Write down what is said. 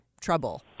trouble